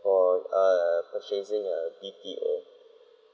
for err purchasing a B_T_O